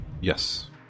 Yes